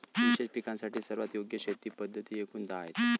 विशेष पिकांसाठी सर्वात योग्य शेती पद्धती एकूण दहा आहेत